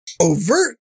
overt